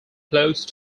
close